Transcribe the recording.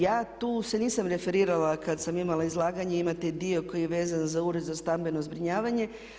Ja tu se nisam referirala kad sam imala izlaganje, imate dio koji je veza za ured za stambeno zbrinjavanje.